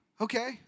Okay